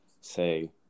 say